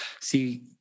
see